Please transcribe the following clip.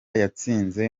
yatsinze